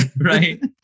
Right